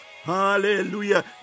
hallelujah